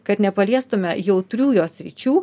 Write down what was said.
kad nepaliestume jautrių jo sričių